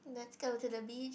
let's go to the beach